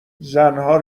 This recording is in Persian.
زنها